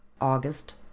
august